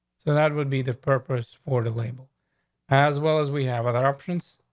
so that would be the purpose for the label as well as we have other options.